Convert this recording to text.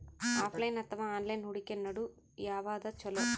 Offline ಅಥವಾ online ಹೂಡಿಕೆ ನಡು ಯವಾದ ಛೊಲೊ?